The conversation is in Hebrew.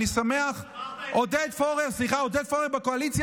חבר הכנסת דוידסון, הוא עוד מעט יחליף אותי בזה.